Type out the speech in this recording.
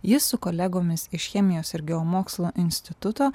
jis su kolegomis iš chemijos ir geomokslų instituto